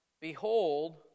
Behold